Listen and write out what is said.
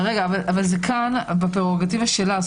נכון, אבל כאן זה בפרורגטיבה שלה.